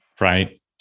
right